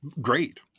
Great